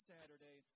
Saturday